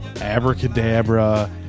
Abracadabra